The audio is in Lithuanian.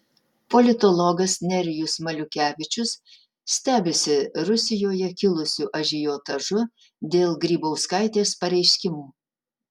politologas nerijus maliukevičius stebisi rusijoje kilusiu ažiotažu dėl grybauskaitės pareiškimų